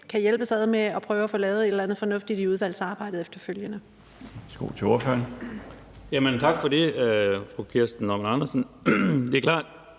kan hjælpes ad med at prøve at få lavet et eller andet fornuftigt i udvalgsarbejdet efterfølgende.